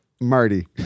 Marty